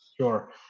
Sure